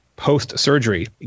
post-surgery